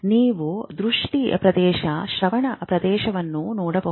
ನೀವು ದೃಷ್ಟಿ ಪ್ರದೇಶ ಶ್ರವಣ ಪ್ರದೇಶವನ್ನು ನೋಡಬಹುದು